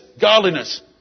godliness